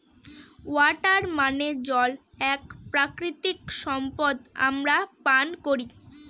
water মানে জল এক প্রাকৃতিক সম্পদ আমরা পান করি